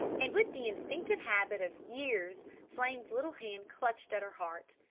and with the instinctive habit of years flame's little hand clutched at her heart.